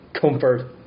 Comfort